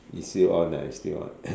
it's still on ah it's still on